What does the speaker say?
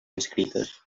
inscrites